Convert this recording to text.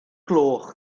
gloch